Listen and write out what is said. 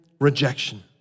rejection